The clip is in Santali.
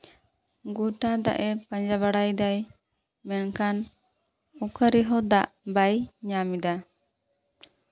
ᱜᱚᱴᱟ ᱫᱟᱜ ᱮᱭ ᱯᱟᱸᱡᱟ ᱵᱟᱲᱟᱭᱮᱫᱟᱭ ᱢᱮᱱᱠᱷᱟᱱ ᱚᱠᱟ ᱨᱮᱦᱚᱸ ᱫᱟᱜ ᱵᱟᱭ ᱧᱟᱢᱮᱫᱟ